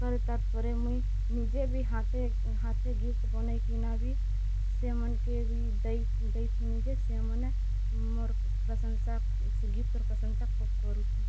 ପରେ ତାର୍ ପରେ ମୁଇଁ ନିଜେ ବିଁ ହାତେ ହାତେ ଗିଫ୍ଟ ବନେଇକିନା ବି ସେମାନ୍କେ ବି ଦେଇ ଦେଇଥିନି ଯେ ସେମାନେ ମୋର୍ ପ୍ରଶଂସା ସେ ଗିଫ୍ଟ୍ର ପ୍ରଶଂସା ଖୋବ୍ କରୁଛନ୍